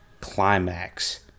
Climax